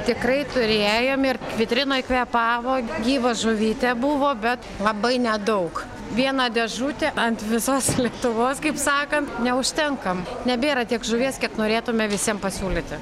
tikrai turėjom ir vitrinoj kvėpavo gyva žuvytė buvo bet labai nedaug viena dėžutė ant visos lietuvos kaip sakant neužtenkam nebėra tiek žuvies kiek norėtume visiem pasiūlyti